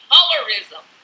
Colorism